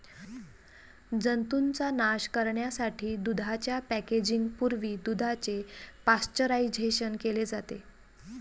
जंतूंचा नाश करण्यासाठी दुधाच्या पॅकेजिंग पूर्वी दुधाचे पाश्चरायझेशन केले जाते